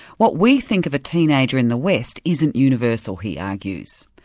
what we think of a teenager in the west isn't universal, he argues.